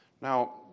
Now